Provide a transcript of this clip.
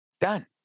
Done